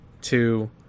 two